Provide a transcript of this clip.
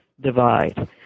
divide